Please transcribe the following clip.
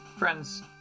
friends